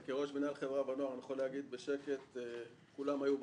כראש מינהל חברה ונוער אני יכול להגיד בשקט שכולם היו בני,